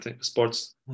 sports